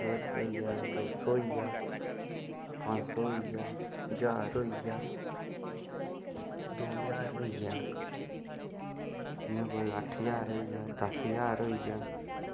डेढ सौ होई गेआ दो सौ होई गेआ पंज सौ होई गेआ ज्हार होई गेआ दो ज्हार होई गेआ इ'यां कोई अट्ठ ज्हार होई गेआ दस ज्हार होई गेआ